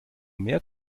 mehr